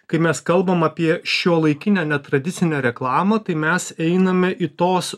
kai mes kalbam apie šiuolaikinę netradicinę reklamą tai mes einame į tos